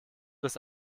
des